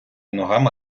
ногами